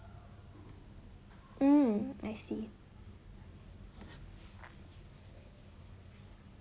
mm I see